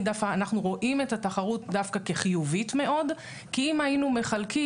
אנחנו רואים את התחרות דווקא כחיובית מאוד כי אם היינו מחלקים,